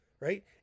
right